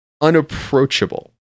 unapproachable